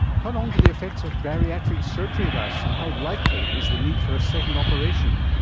how long do the effects of bariatric surgery last, and how likely is the need for a second operation?